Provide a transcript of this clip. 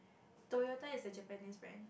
Toyota is a Japanese brand